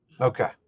Okay